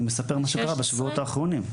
אני מספר על מה שקרה בשבועות האחרונים.